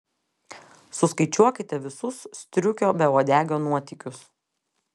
suskaičiuokite visus striukio beuodegio nuotykius